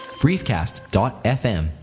briefcast.fm